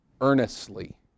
earnestly